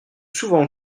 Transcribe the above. souvent